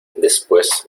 después